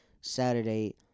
Saturday